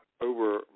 over